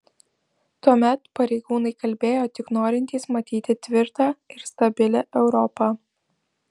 tuomet pareigūnai kalbėjo tik norintys matyti tvirtą ir stabilią europą